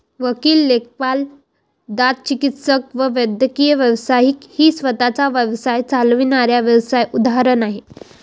वकील, लेखापाल, दंतचिकित्सक व वैद्यकीय व्यावसायिक ही स्वतः चा व्यवसाय चालविणाऱ्या व्यावसाय उदाहरण आहे